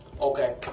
okay